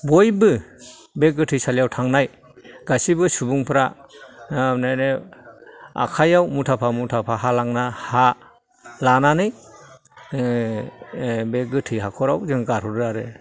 बयबो बे गोथैसालियाव थांनाय गासैबो सुबुंफ्रा माने आखायाव मुथाफा मुथाफा हा लांना हा लानानै बे गोथै हाख'राव जों गारहरो आरो